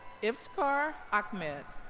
iftekhar ahmed